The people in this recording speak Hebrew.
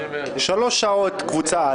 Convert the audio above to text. שלוש שעות קבוצה א'.